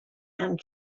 and